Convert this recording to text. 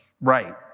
right